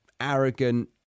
arrogant